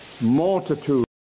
multitude